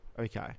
okay